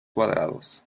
cuadrados